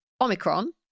Omicron